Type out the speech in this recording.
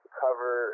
cover